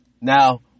Now